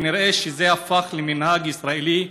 כנראה זה הפך למנהג ישראלי,